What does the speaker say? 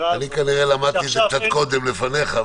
כנראה למדתי את זה קצת קודם לפניך,